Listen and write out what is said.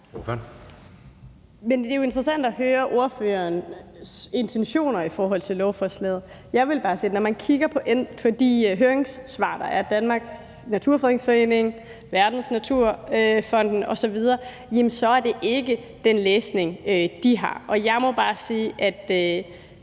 Det er jo interessant at høre fru Lea Wermelins intentioner i forhold til lovforslaget. Jeg vil bare sige, at når man kigger på de høringssvar, der er kommet fra Danmarks Naturfredningsforening, Verdensnaturfonden osv., så kan man se, at det ikke er den læsning, de har. Jeg må bare sige, at